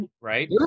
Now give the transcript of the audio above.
right